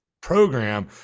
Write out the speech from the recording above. program